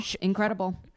Incredible